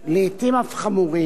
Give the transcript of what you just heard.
לעתים הם אף חמורים,